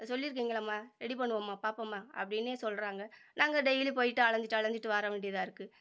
இப்போ சொல்லியிருக்கீங்களம்மா ரெடி பண்ணுவோம்மா பார்ப்போம்மா அப்படின்னே சொல்கிறாங்க நாங்கள் டெய்லி போய்ட்டு அலைஞ்சிட்டு அலைஞ்சிட்டு வரவேண்டியதாயிருக்குது